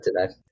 today